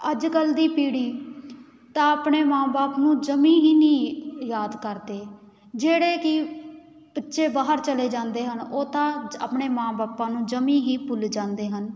ਅੱਜ ਕੱਲ੍ਹ ਦੀ ਪੀੜ੍ਹੀ ਤਾਂ ਆਪਣੇ ਮਾਂ ਬਾਪ ਨੂੰ ਜਮੀ ਹੀ ਨਹੀਂ ਯਾਦ ਕਰਦੇ ਜਿਹੜੇ ਕਿ ਬੱਚੇ ਬਾਹਰ ਚਲੇ ਜਾਂਦੇ ਹਨ ਉਹ ਤਾਂ ਜ ਆਪਣੇ ਮਾਂ ਬਾਪਾਂ ਨੂੰ ਜਮੀ ਹੀ ਭੁੱਲ ਜਾਂਦੇ ਹਨ